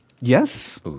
Yes